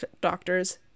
doctors